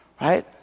right